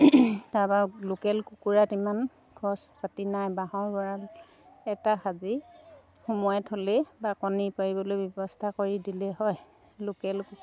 তাৰপা লোকেল কুকুৰাত ইমান খৰচ পাতি নাই বাঁহৰ গঁৰাল এটা সাজি সোমোৱাই থ'লে বা কণী পাৰিবলৈ ব্যৱস্থা কৰি দিলে হয় লোকেল